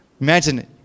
imagine